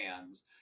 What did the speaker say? hands